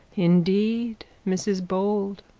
indeed, mrs bold,